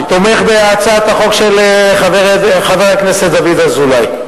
תומך בהצעת החוק של חבר הכנסת דוד אזולאי,